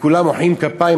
וכולם מוחאים כפיים.